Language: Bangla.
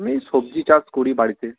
এই সবজি চাষ করি বাড়িতে